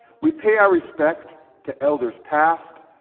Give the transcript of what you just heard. we pay our respect to elders past,